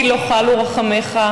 כי לא כלו רחמיך,